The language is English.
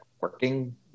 working